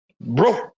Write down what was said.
bro